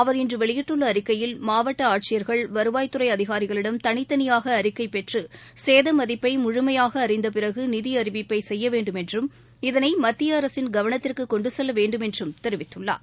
அவர் இன்றுவெளியிட்டுள்ளஅறிக்கையில் மாவட்டஆட்சியர்கள் வருவாய் துறைஅதிகாரிகளிடம் தனித்தனியாகஅறிக்கைபெற்றுசேதமதிப்பைமுழமையாகஅறிந்தபிறகுநிதிஅறிவிப்பைசெய்யவேண்டும் என்றம் இதனைமத்தியஅரசின் கவனத்திற்குகொண்டுசெல்லவேண்டும் என்றும் தெரிவித்துள்ளார்